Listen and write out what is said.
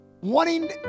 wanting